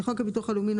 לחוק הביטוח הלאומי ,